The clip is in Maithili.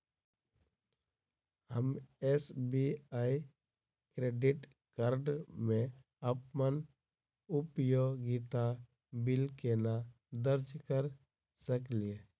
हम एस.बी.आई क्रेडिट कार्ड मे अप्पन उपयोगिता बिल केना दर्ज करऽ सकलिये?